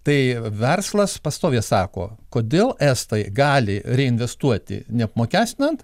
tai verslas pastoviai sako kodėl estai gali reinvestuoti neapmokestinant